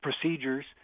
procedures